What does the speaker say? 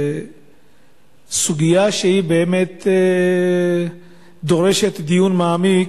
סוגיה שבאמת דורשת דיון מעמיק